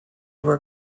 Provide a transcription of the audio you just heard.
were